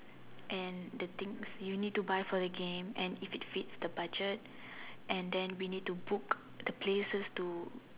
and the things you need to buy for the game and if it fits the budget and then we need to book the places to